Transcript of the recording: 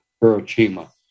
Hiroshima